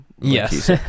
yes